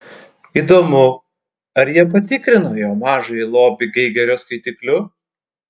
įdomu ar jie patikrino jo mažąjį lobį geigerio skaitikliu